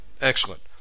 excellent